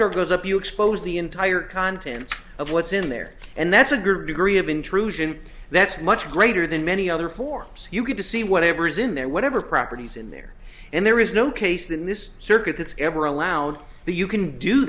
car goes up you expose the entire contents of what's in there and that's a good degree of intrusion that's much greater than many other forms you get to see whatever is in there whatever properties in there and there is no case that in this circuit that's ever allowed the you can do